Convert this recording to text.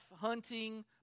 hunting